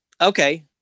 okay